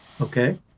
Okay